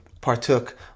partook